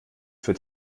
für